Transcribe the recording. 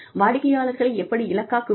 வாடிக்கையாளர்களை எப்படி இலக்காக்குவது